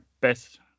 best